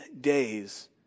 days